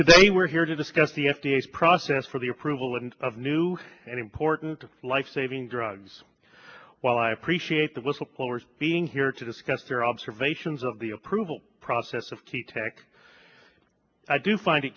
today we're here to discuss the f d a is process for the approval and of new and important lifesaving drugs while i appreciate the whistleblowers being here to discuss their observations of the approval process of key tax i do find